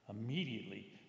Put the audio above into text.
Immediately